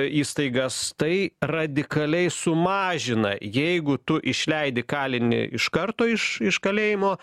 įstaigas tai radikaliai sumažina jeigu tu išleidi kalinį iš karto iš iš kalėjimo